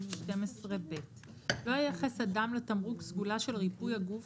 55א12ב. לא ייחס אדם לתמרוק סגולה של ריפוי הגוף